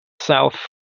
south